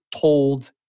told